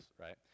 right